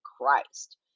Christ